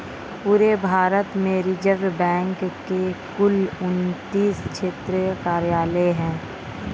पूरे भारत में Reserve Bank के कुल उनत्तीस क्षेत्रीय कार्यालय हैं